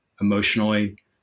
emotionally